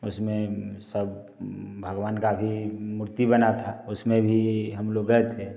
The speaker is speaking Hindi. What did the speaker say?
उसमें सब भगवान का भी मूर्ति बना था उसमें भी हम लोग गए थे